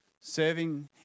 Serving